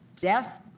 death